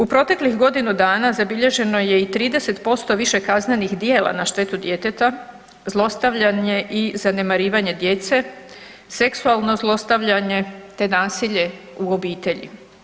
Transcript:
U proteklih godinu dana zabilježeno je i 30% više kaznenih djela na štetu djeteta, zlostavljanje i zanemarivanje djece, seksualno zlostavljanje te nasilje u obitelji.